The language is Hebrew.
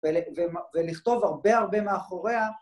ולכתוב הרבה הרבה מאחוריה.